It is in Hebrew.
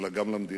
אלא גם למדינה,